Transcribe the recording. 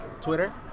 Twitter